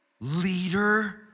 leader